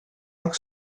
arc